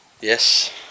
Yes